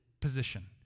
position